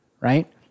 right